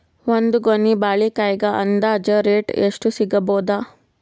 ಒಂದ್ ಗೊನಿ ಬಾಳೆಕಾಯಿಗ ಅಂದಾಜ ರೇಟ್ ಎಷ್ಟು ಸಿಗಬೋದ?